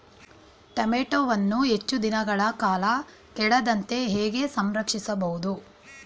ಟೋಮ್ಯಾಟೋವನ್ನು ಹೆಚ್ಚು ದಿನಗಳ ಕಾಲ ಕೆಡದಂತೆ ಹೇಗೆ ಸಂರಕ್ಷಿಸಬಹುದು?